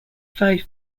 five